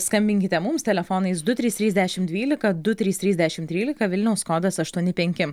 skambinkite mums telefonais du trys trys dešimt dvylika du trys trys dešimt trylika vilniaus kodas aštuoni penki